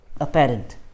apparent